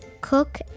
cook